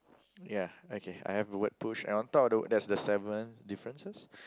ya okay I have a word push and on top of the word there's the seven differences